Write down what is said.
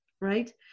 right